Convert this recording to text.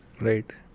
right